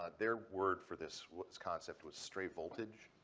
ah their word for this concept was stray voltage.